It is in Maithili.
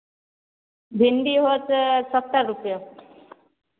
भिण्डी होतै सत्तरि रुपैआ